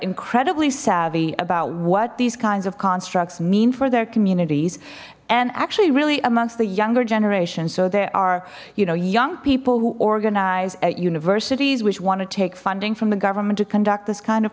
incredibly savvy about what these kinds of constructs mean for their communities and actually really amongst the younger generation so there are you know young people who organize at universities which want to take funding from the government to conduct this kind of